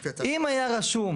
אם היה רשום,